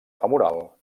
femoral